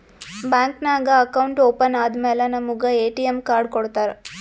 bank ನಾಗ್ account open ಆದಮ್ಯಾಲ ನಮುಗ ಎ.ಟಿ.ಎಮ್ ಕಾರ್ಡ್ ಕೊಡ್ತಾರ್